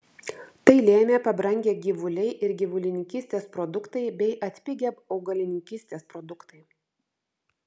tai lėmė pabrangę gyvuliai ir gyvulininkystės produktai bei atpigę augalininkystės produktai